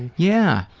yeah,